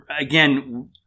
again